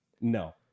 No